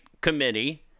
Committee